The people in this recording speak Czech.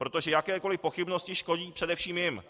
Protože jakékoli pochybnosti škodí především jim.